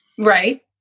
Right